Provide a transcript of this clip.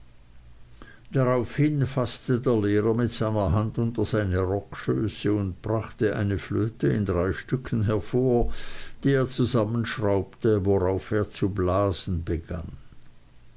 faßte der lehrer mit seiner hand unter seine rockschöße und brachte eine flöte in drei stücken hervor die er zusammenschraubte worauf er zu blasen begann